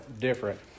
different